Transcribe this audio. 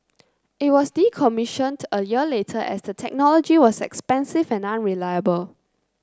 it was decommissioned a year later as the technology was expensive and unreliable